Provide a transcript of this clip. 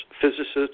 physicists